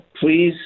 please